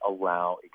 allow